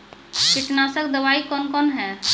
कीटनासक दवाई कौन कौन हैं?